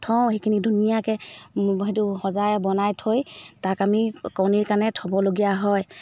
থওঁ সেইখিনি ধুনীয়াকৈ সেইটো সজাই বনাই থৈ তাক আমি কণীৰ কাৰণে থ'বলগীয়া হয়